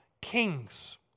kings